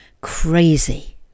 crazy